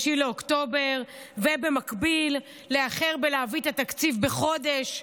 באוקטובר ובמקביל לאחר בהבאת התקציב בחודש.